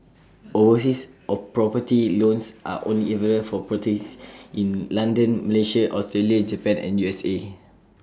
overseas all property loans are only available for in London Malaysia Australia Japan and U S A